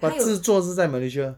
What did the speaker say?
but 制作是在 malaysia